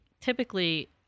typically